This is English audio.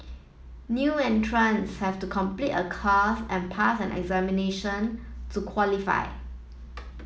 new entrants have to complete a course and pass an examination to qualify